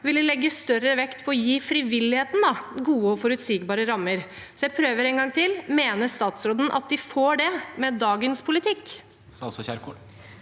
ville legge større vekt på å gi frivilligheten gode og forutsigbare rammer. Jeg prøver en gang til: Mener statsråden at de får det med dagens politikk? Statsråd